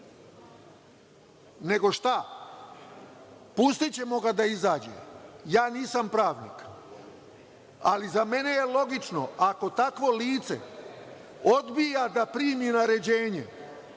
nego šta? Pustićemo ga da izađe. Nisam pravnik, ali za mene je logično ako takvo lice odbija da primi naređenje,